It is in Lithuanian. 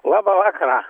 labą vakarą